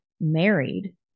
married